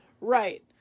Right